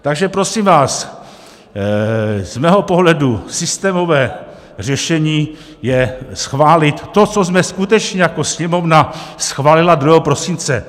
Takže prosím vás, z mého pohledu systémové řešení je schválit to, co jsme jako Sněmovna schválili 2. prosince.